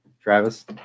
travis